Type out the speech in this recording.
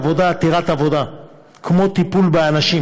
בעבודה עתירת עבודה כמו טיפול באנשים,